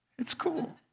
it's cool.